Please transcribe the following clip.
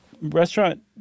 restaurant